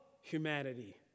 humanity